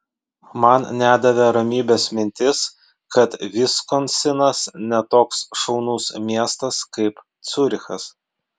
man nedavė ramybės mintis kad viskonsinas ne toks šaunus miestas kaip ciurichas